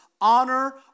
Honor